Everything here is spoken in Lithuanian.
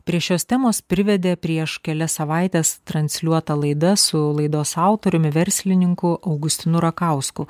prie šios temos privedė prieš kelias savaites transliuota laida su laidos autoriumi verslininku augustinu rakausku